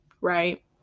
right